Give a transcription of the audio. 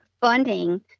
funding